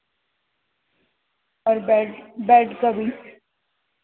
اور bed bed کا بھی